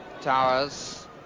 Towers